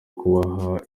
kubaha